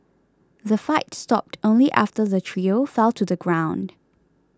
the fight stopped only after the trio fell to the ground